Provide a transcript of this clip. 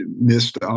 missed